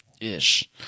Ish